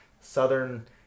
southern